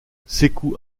sékou